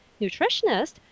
nutritionist